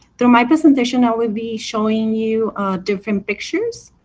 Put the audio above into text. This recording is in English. through my presentation, i will be showing you different pictures.